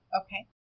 Okay